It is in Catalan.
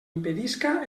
impedisca